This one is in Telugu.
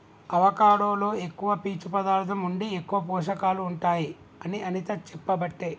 అవకాడో లో ఎక్కువ పీచు పదార్ధం ఉండి ఎక్కువ పోషకాలు ఉంటాయి అని అనిత చెప్పబట్టే